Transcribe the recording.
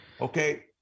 okay